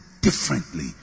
differently